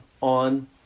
on